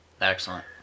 Excellent